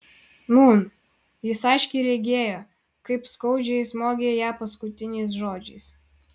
nūn jis aiškiai regėjo kaip skaudžiai smogė ją paskutiniais žodžiais